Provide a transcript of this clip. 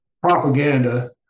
propaganda